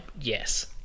Yes